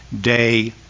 day